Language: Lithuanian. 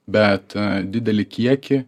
bet didelį kiekį